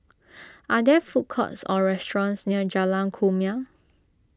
are there food courts or restaurants near Jalan Kumia